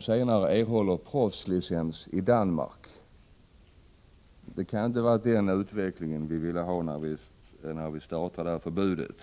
senare erhållit proffslicens i Danmark. Det kan inte ha varit en sådan utveckling som vi ville ha när vi införde förbudet.